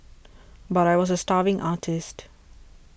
but I was a starving artist